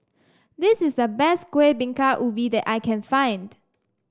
this is the best Kuih Bingka Ubi that I can find